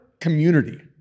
community